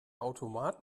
automat